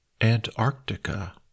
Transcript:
Antarctica